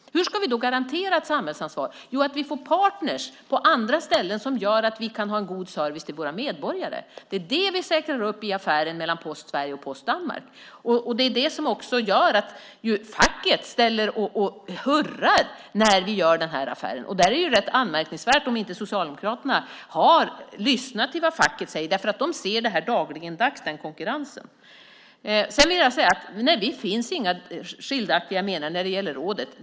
Hur ska vi då garantera ett samhällsansvar? Jo, genom att vi får partner på andra ställen som gör att vi kan ha en god service till våra medborgare. Det är det vi säkrar genom affären mellan Posten Sverige och Posten Danmark. Det är också det som gör att facket ställer sig och hurrar när vi genomför den här affären. Det är ju rätt anmärkningsvärt om Socialdemokraterna inte lyssnar till vad facket säger, därför att facket ser den här konkurrensen dagligdags. Nej, det finns inga skiljaktiga meningar när det gäller rådet.